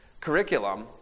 curriculum